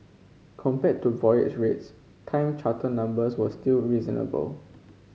compared to voyage rates time charter numbers were still reasonable